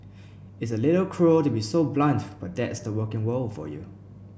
it's a little cruel to be so blunt but that's the working world for you